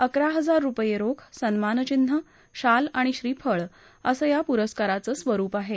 अकरा हजार रूपये रोख सन्मानचिन्ह शाल आणि श्रीफळ असं या पुरस्काराचं स्वरूप आहे